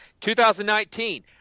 2019